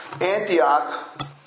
Antioch